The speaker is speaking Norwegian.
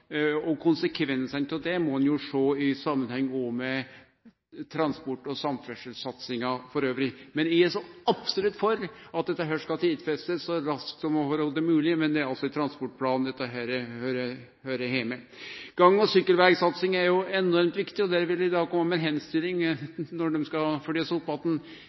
det må ein sjå i samanheng med transport- og samferdselssatsinga elles. Eg er så absolutt for at dette skal tidfestast så raskt som i det heile mogleg, men det er altså i trafikkplanen dette høyrer heime. Gang- og sykkelvegsatsing er enormt viktig, og der vil eg kome med ei oppmoding når det skal